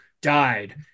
died